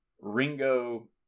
ringo